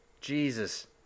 Jesus